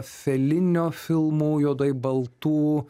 felinio filmų juodai baltų